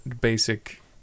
basic